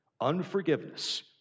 Unforgiveness